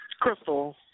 Crystal